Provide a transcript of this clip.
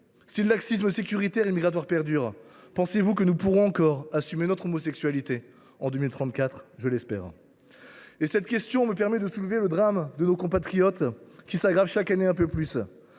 si le laxisme sécuritaire et migratoire perdure, pensez vous que nous pourrons encore assumer notre homosexualité en 2034 ? Je l’espère ! Cette question me conduit à évoquer le drame que vivent nos compatriotes et qui s’aggrave chaque année un peu plus